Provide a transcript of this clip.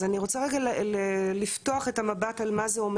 אז אני רוצה לפתוח רגע את המבט על מה זה אומר